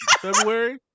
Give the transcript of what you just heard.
February